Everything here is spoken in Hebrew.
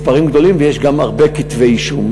מספרים גדולים, ויש גם הרבה כתבי אישום.